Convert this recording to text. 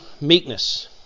meekness